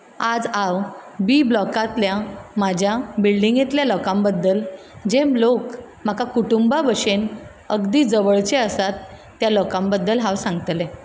आज हांव बी ब्लॉकांतल्या म्हाज्या बिल्डिंगेंतल्या लोकां बद्दल जे लोक म्हाका कुटुंबा भशेन अगदी जवळचे आसात त्या लोकां बद्दल हांव सांगतलें